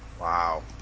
Wow